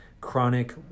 chronic